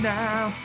now